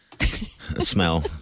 smell